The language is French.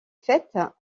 fêtes